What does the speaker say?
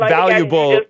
valuable